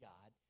God